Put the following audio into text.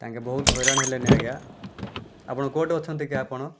ତାଙ୍କେ ବହୁତ ହଇରାଣ ହେଲେନି ଆଜ୍ଞା ଆପଣ କେଉଁଠି ଅଛନ୍ତି କି ଆପଣ